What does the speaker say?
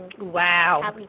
Wow